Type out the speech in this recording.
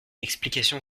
explication